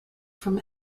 from